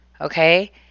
Okay